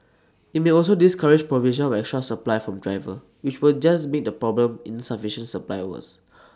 IT may also discourage provision of extra supply from drivers which will just make the problem insufficient supply worse